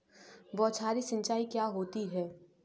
बौछारी सिंचाई क्या होती है?